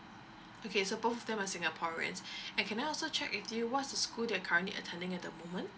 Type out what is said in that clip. okay so both of them are singaporeans can I also check with you what's the school they are currently attending at the moment